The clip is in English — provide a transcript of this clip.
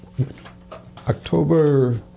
October